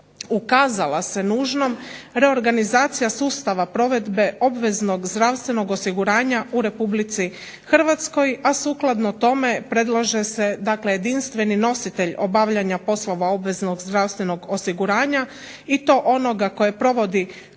ukazala se nužnom reorganizacija sustava provedbe obveznog zdravstvenog osiguranja u RH, a sukladno tome predlaže se dakle jedinstveni nositelj obavljanja poslova obveznog zdravstvenog osiguranja i to onoga koje provodi Hrvatski